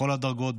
בכל הדרגות,